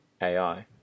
AI